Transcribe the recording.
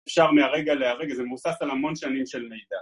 אפשר מהרגע להרגע, זה מבוסס על המון שנים של מידע.